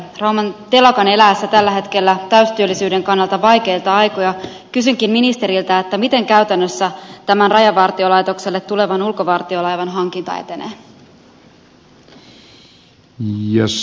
rauman telakan eläessä tällä hetkellä täystyöllisyyden kannalta vaikeita aikoja kysynkin ministeriltä miten käytännössä tämän rajavartiolaitokselle tulevan ulkovartiolaivan hankinta etenee